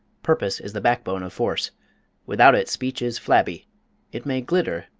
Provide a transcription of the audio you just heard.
purpose is the backbone of force without it speech is flabby it may glitter,